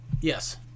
yes